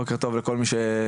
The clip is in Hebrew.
בוקר טוב לכל מי שהגיע.